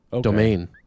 domain